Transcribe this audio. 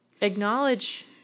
acknowledge